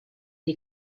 die